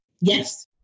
Yes